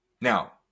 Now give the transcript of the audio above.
Now